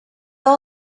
all